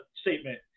statement